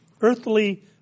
earthly